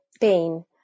pain